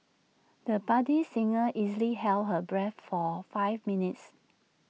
the budding singer easily held her breath for five minutes